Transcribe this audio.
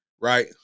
Right